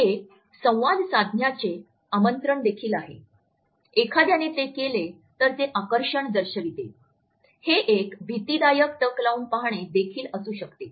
हे संवाद साधण्याचे आमंत्रण देखील आहे एखाद्याने ते केले तर ते आकर्षण दर्शविते हे एक भीतीदायक टक लावून पाहणे देखील असू शकते